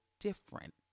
different